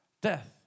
Death